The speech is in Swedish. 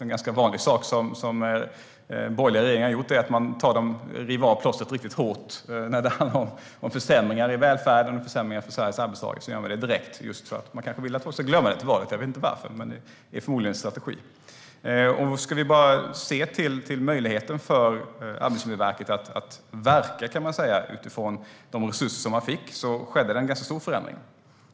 Det har varit vanligt för borgerliga regeringar att riva av plåstret direkt när det handlar om försämringar i välfärden - kanske så att man ska glömma till valet. Jag vet inte varför, men det är förmodligen en strategi. Om vi ska se till möjligheten för Arbetsmiljöverket att verka utifrån de resurser man fick skedde en stor förändring.